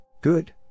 Good